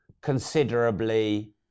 considerably